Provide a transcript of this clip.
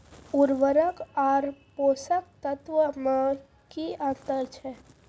उर्वरक आर पोसक तत्व मे की अन्तर छै?